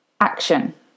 action